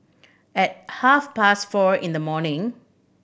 at half past four in the morning